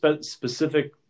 specific